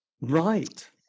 right